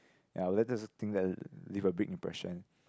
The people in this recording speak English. ya that's the thing that leave a big impression